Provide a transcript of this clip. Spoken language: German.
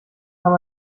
kann